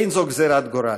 אין זו גזרת גורל.